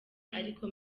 ariko